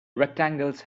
rectangles